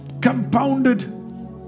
compounded